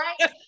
right